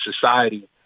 society